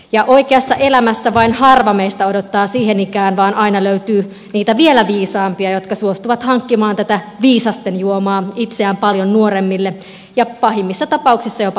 ja oikeassa elämässä vain harva meistä odottaa siihen ikään vaan aina löytyy niitä vielä viisaampia jotka suostuvat hankkimaan tätä viisasten juomaa itseään paljon nuoremmille ja pahimmissa tapauksissa jopa pienille lapsille